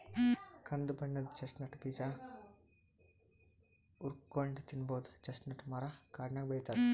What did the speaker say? ಕಂದ್ ಬಣ್ಣದ್ ಚೆಸ್ಟ್ನಟ್ ಬೀಜ ಹುರ್ಕೊಂನ್ಡ್ ತಿನ್ನಬಹುದ್ ಚೆಸ್ಟ್ನಟ್ ಮರಾ ಕಾಡ್ನಾಗ್ ಬೆಳಿತದ್